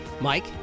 Mike